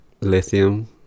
lithium